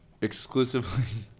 exclusively